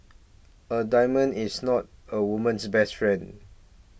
a diamond is not a woman's best friend